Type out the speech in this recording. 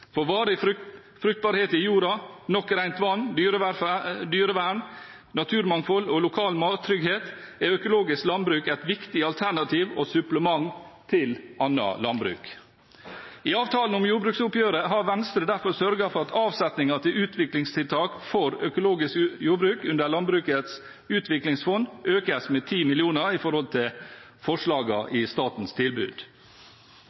For varig fruktbarhet i jorda, nok rent vann, dyrevern, naturmangfold og lokal mattrygghet er økologisk landbruk et viktig alternativ og supplement til annet landbruk. I avtalen om jordbruksoppgjøret har Venstre derfor sørget for at avsetningen til utviklingstiltak for økologisk jordbruk under Landbrukets utviklingsfond økes med 10 mill. kr i forhold til